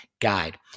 guide